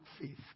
faith